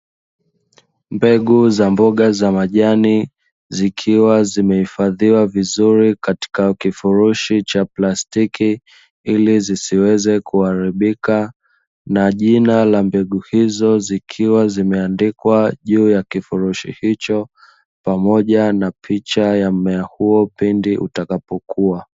Mbegu za mboga za majani, zikiwa zimehifadhiwa vizuri katika kifurushi cha plastiki ili zisiweze kuharibika na jina la mbegu hizo zikiwa zimeandikwa juu ya kifurushi hicho pamoja na picha ya mmea huo pindi utakapokua.